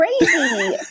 crazy